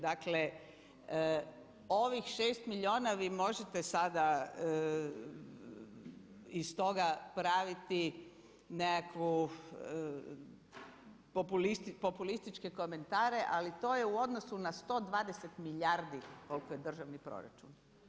Dakle, ovih šest milijuna vi možete sada iz toga praviti nekakvu populističke komentare, ali to je u odnosu na 120 milijardi koliko je državni proračun.